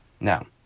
Now